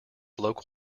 local